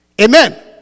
Amen